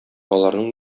аларның